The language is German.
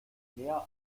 mehr